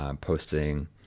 posting